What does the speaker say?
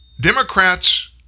Democrats